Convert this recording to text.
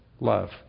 love